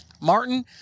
Martin